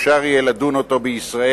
אפשר יהיה לדון אותו בישראל,